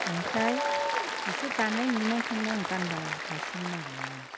बिनिफ्राय बिसोर दानाय लुनायखोनो आं गानबाय थासिगोन आरो ना